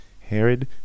Herod